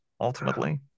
ultimately